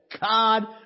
God